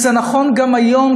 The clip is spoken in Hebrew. וזה נכון גם היום,